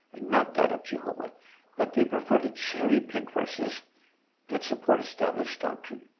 and not that of jehovah but they prefer to cherry-pick verses that support established doctrine.